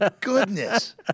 goodness